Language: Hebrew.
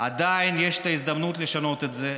עדיין יש ההזדמנות לשנות את זה.